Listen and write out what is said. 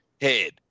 head